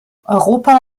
europa